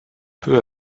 peu